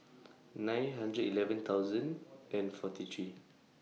nine hundred eleven thousand and forty three